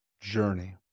journey